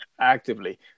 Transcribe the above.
actively